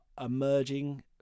emerging